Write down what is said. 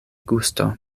gusto